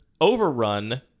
Overrun